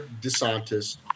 DeSantis